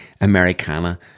americana